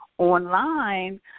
online